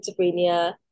schizophrenia